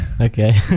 okay